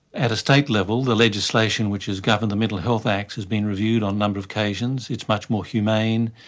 at a state level, the legislation which has governed the mental health act has been reviewed on a number of occasions. it's much more humane,